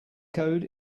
code